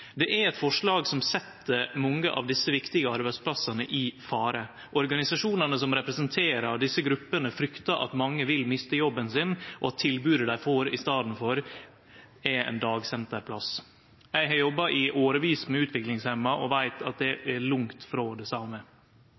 Det er eit forslag som set mange av desse viktige arbeidsplassane i fare. Organisasjonane som representerer desse gruppene, fryktar at mange vil miste jobben sin, og at tilbodet dei får i staden, er ein dagsenterplass. Eg har jobba i årevis med utviklingshemma og veit at det er langt frå det same.